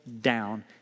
down